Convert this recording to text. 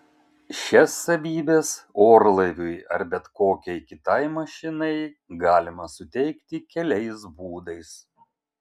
šias savybes orlaiviui ar bet kokiai kitai mašinai galima suteikti keliais būdais